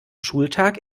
schultag